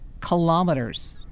kilometers